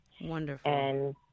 Wonderful